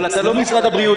אתה לא משרד הבריאות.